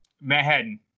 Manhattan